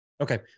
Okay